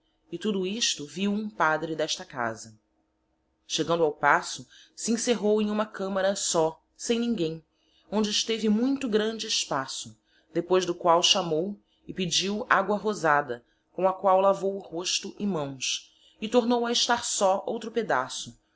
e tudo isto vio hum padre desta casa chegando ao paço se encerrou em huma camara só sem ninguem onde esteve muito grande espaço depois do qual chamou e pedio agoa rosada com a qual lavou o rosto e mãos e tornou a estar só outro pedaço